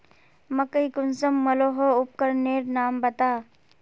मकई कुंसम मलोहो उपकरनेर नाम बता?